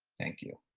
thank you.